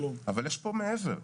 אבל יש פה מעבר,